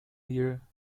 here